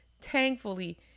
thankfully